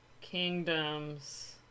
Kingdoms